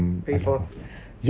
very forced